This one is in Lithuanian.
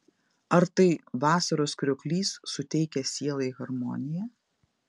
ar tai vasaros krioklys suteikia sielai harmoniją